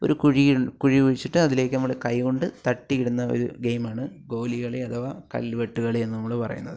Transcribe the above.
ഒരു കുഴിയിൻ കുഴി കുഴിച്ചിട്ട് അതിലേക്ക് നമ്മൾ കൈ കൊണ്ട് തട്ടി ഇടുന്ന ഒരു ഗെയിമാണ് ഗോലി കളി അഥവാ കൽവെട്ട് കളി എന്ന് നമ്മൾ പറയുന്നത്